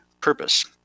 purpose